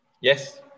Yes